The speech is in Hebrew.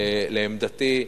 לעמדתי,